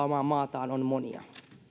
omaa maataan on monia